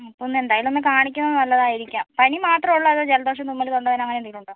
അപ്പോൾ ഒന്ന് എന്തായാലും ഒന്ന് കാണിക്കുന്ന നല്ലതായിരിക്കാം പനി മാത്രമെ ഉള്ളോ അതോ ജലദോഷം തുമ്മല് തൊണ്ട വേദന അങ്ങനെന്തേലും ഉണ്ടോ